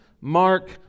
Mark